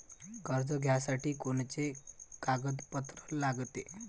कर्ज घ्यासाठी कोनचे कागदपत्र लागते?